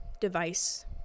device